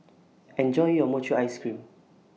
Enjoy your Mochi Ice Cream